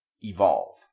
evolve